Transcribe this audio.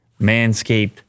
Manscaped